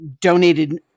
donated